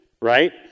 right